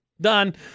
done